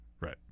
right